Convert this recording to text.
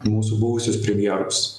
mūsų buvusius premjerus